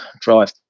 drive